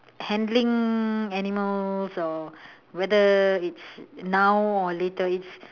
handling animals or whether it's now or later it's